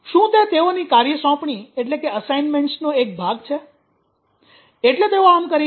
શું તે તેઓની કાર્યસોંપણી નો એક ભાગ છે એટલે તેઓ આમ કરી રહ્યાં